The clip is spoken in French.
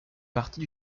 partie